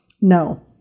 No